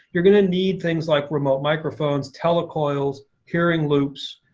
you're going to need things like remote microphones, telecoils, hearing loops.